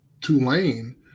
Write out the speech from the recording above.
Tulane